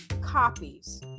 copies